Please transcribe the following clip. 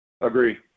Agree